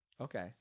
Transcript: Okay